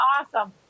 awesome